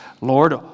Lord